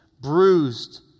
bruised